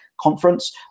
conference